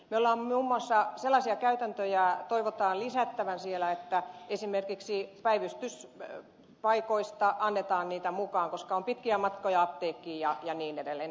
muun muassa sellaisia käytäntöjä toivotaan lisättävän että esimerkiksi päivystyspaikoista annetaan niitä mukaan koska on pitkiä matkoja apteekkiin ja niin edelleen